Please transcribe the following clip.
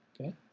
okay